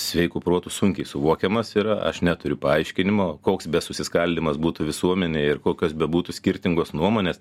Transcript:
sveiku protu sunkiai suvokiamas yra aš neturiu paaiškinimo koks besusiskaldymas būtų visuomenėj ir kokios bebūtų skirtingos nuomonės